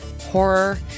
Horror